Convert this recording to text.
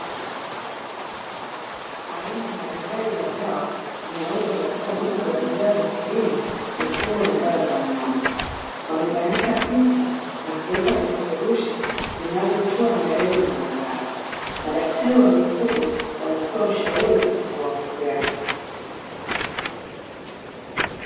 Aina mbalimbali za dawa zinauzwa katika duka la bidhaa za kilimo, mifugo na dawa za wanyama, wamebandika picha na kuweka vipeperushi vinavyotoa maelezo mbalimbali madaktari wa mifugo wanatoa ushauri kwa wafugaji .